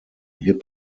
hip